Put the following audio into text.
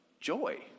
joy